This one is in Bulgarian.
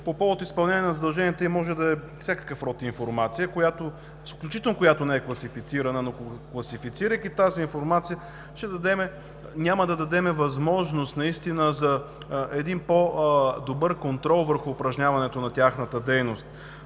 „По повод изпълнение на задълженията им“ може да е всякакъв род информация, включително която не е класифицирана, но класифицирайки тази информация няма да дадем възможност за по-добър контрол върху упражняването на тяхната дейност.